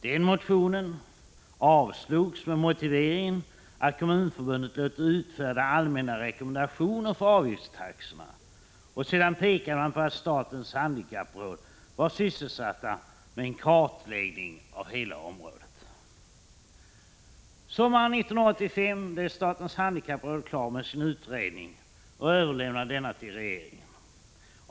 Vår motion avslogs med motiveringen att Kommunförbundet låtit utfärda allmänna rekommendationer för avgiftstaxorna, och sedan pekade man på att statens handikappråd var sysselsatt med en kartläggning av hela området. Sommaren 1985 blev statens handikappråd klart med sin utredning och överlämnade den till regeringen.